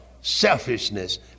selfishness